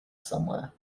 somewhere